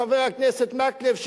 חבר הכנסת מקלב,